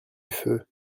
feu